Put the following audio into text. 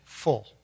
full